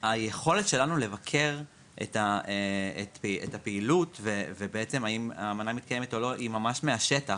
היכולת שלנו לבקר את הפעילות והאם האמנה מתקיימת או לא היא ממש מהשטח.